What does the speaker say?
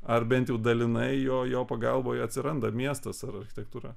ar bent jau dalinai jo pagalboj atsiranda miestas ar architektūra